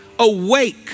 Awake